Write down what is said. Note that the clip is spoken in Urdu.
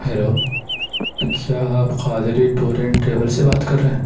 ہلو کیا آپ قادری ٹور اینڈ ٹریول سے بات کر رہے ہیں